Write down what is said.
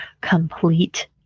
Complete